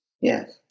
Yes